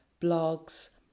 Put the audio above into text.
Blogs